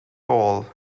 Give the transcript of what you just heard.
all